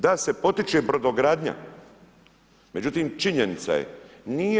Da se potiče brodogradnja, međutim, činjenica je, nije